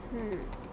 hmm